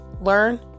Learn